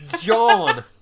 John